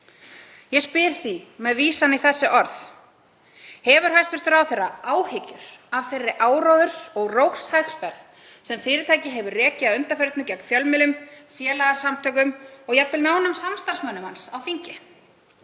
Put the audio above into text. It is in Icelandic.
Ég spyr því með vísan í þessi orð: Hefur hæstv. ráðherra áhyggjur af þeirri áróðurs- og rógsherferð sem fyrirtækið hefur rekið að undanförnu gegn fjölmiðlum, félagasamtökum og jafnvel nánum samstarfsmönnum hans á þingi?